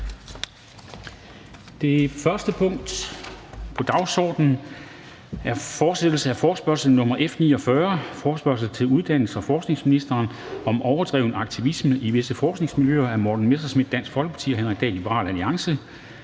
Det første punkt på dagsordenen er: 1) Fortsættelse af forespørgsel nr. F 49 [afstemning]: Forespørgsel til uddannelses- og forskningsministeren om overdreven aktivisme i visse forskningsmiljøer. Af Morten Messerschmidt (DF) og Henrik Dahl (LA).